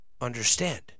understand